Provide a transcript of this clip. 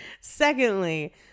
Secondly